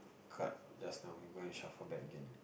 card just now you go and shuffle back again